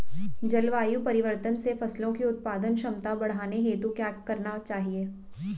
जलवायु परिवर्तन से फसलों की उत्पादन क्षमता बढ़ाने हेतु क्या क्या करना चाहिए?